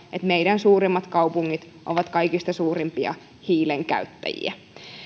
että meidän suurimmat kaupungit ovat kaikista suurimpia hiilen käyttäjiä